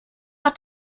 hat